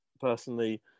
personally